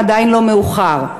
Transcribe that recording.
אם עדיין לא מאוחר,